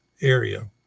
area